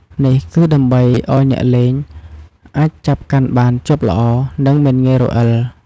នេះគឺដើម្បីឱ្យអ្នកលេងអាចចាប់កាន់បានជាប់ល្អ និងមិនងាយរអិល។